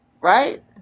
right